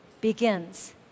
begins